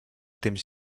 temps